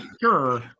sure